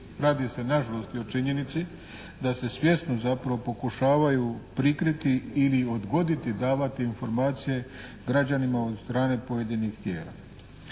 Radi se nažalost i o činjenici da se svjesno zapravo pokušavaju prikriti ili odgoditi davati informacije građanima od strane pojedinih tijela.